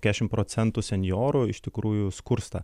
keturiasdešimt procentų senjorų iš tikrųjų skursta